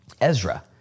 Ezra